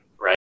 right